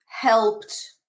helped